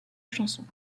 chanson